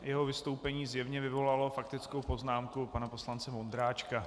Jeho vystoupení zjevně vyvolalo faktickou poznámku pana poslance Vondráčka.